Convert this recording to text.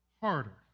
harder